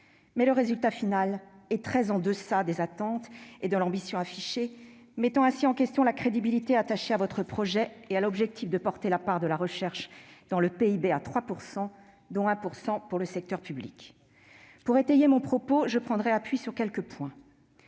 le résultat final est très en deçà des attentes et de l'ambition affichée, mettant ainsi en question la crédibilité attachée à votre projet et à l'objectif de porter la part de la recherche dans le PIB à 3 %, dont 1 % pour le secteur public. Pour étayer mon propos, je prendrai appui sur quelques points.